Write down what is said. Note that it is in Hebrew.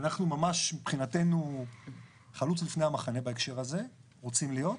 אנחנו מבחינתי חלוץ לפני המחנה בהקשר הזה רוצים להיות,